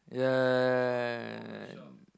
yeah right